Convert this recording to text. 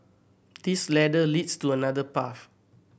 this ladder leads to another path